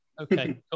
Okay